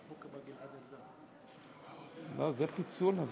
לא, זה פיצול.